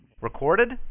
Recorded